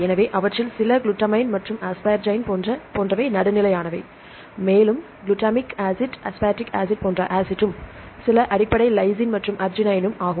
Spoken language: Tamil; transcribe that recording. எனவே அவற்றில் சில குளுட்டமைன் மற்றும் அஸ்பாரகின் போன்ற நடுநிலையானவை மேலும் குளுட்டமிக் ஆசிட் அஸ்பார்டிக் ஆசிட் போன்ற ஆசிட்டும் சில அடிப்படை லைசின் மற்றும் அர்ஜினைனும் ஆகும்